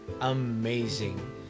Amazing